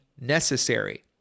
necessary